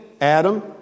Adam